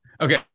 Okay